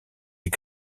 est